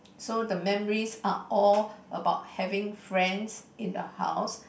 so the memories are all about having friends in the house